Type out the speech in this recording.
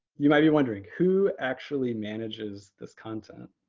you might be wondering, who actually manages this content?